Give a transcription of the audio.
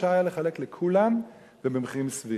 שאפשר היה לחלק לכולם במחירים סבירים.